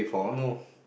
no